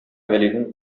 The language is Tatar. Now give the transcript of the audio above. вәлинең